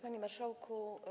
Panie Marszałku!